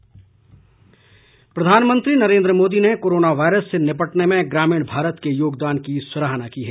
प्रधानमंत्री पंचायतीराज प्रधानमंत्री नरेन्द्र मोदी ने कोरोना वायरस से निपटने में ग्रामीण भारत के योगदान की सराहना की है